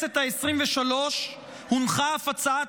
רק בכנסת העשרים-ושלוש הונחה אף הצעת